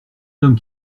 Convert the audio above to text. homme